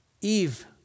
Eve